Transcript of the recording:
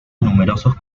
numerosos